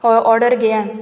हय ऑर्डर घेयात